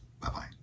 Bye-bye